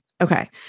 Okay